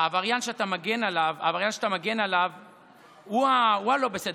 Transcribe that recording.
העבריין שאתה מגן עליו הוא הלא-בסדר,